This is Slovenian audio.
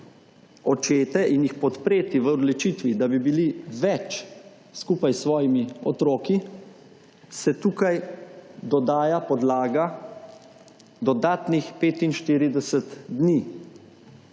očete in jih podpreti v odločitvi, da bi bili več skupaj s svojimi otroki, se tukaj dodaja podlaga dodatnih 45 dni